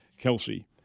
Kelsey